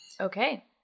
Okay